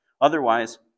Otherwise